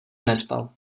nespal